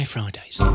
Fridays